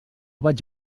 vaig